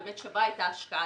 ושווה את ההשקעה,